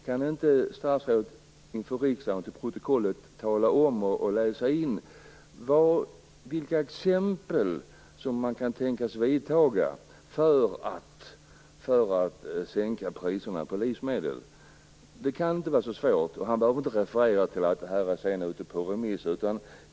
Kan inte statsrådet inför riksdagen tala om och till protokollet läsa in exempel på åtgärder som kan tänkas bli vidtagna för att sänka priserna på livsmedel? Det kan inte vara så svårt att göra det. Statsrådet behöver inte referera till att detta är ute på remiss.